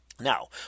Now